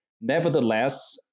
Nevertheless